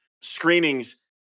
screenings